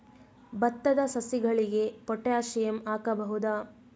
ಭತ್ತದ ಸಸಿಗಳಿಗೆ ಪೊಟ್ಯಾಸಿಯಂ ಹಾಕಬಹುದಾ?